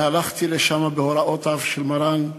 והלכתי לשם בהוראותיו של מרן.